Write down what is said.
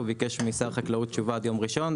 הוא ביקש משר החקלאות תשובה עד יום ראשון.